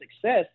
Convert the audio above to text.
success